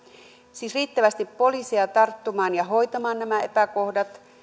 siis riittävästi poliiseja tarttumaan ja hoitamaan nämä epäkohdat